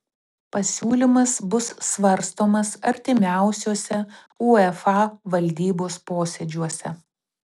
pasiūlymas bus svarstomas artimiausiuose uefa valdybos posėdžiuose